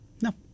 No